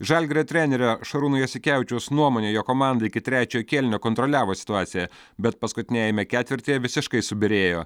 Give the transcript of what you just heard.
žalgirio trenerio šarūno jasikevičiaus nuomone jo komanda iki trečiojo kėlinio kontroliavo situaciją bet paskutiniajame ketvirtyje visiškai subyrėjo